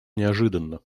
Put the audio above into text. неожиданно